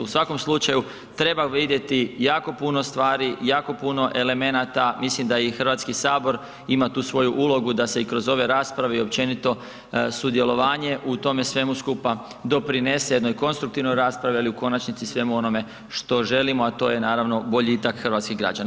U svakom slučaju, treba vidjeti jako puno stvari, jako puno elemenata, mislim da i Hrvatski sabor ima tu svoju ulogu da se i kroz ove rasprave i općenito sudjelovanje u tome svemu skupa doprinese jednoj konstruktivnoj raspravi, ali u konačnici i svemu onome što želimo, a to je naravno boljitak hrvatskih građana.